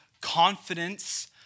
confidence